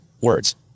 Words